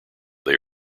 they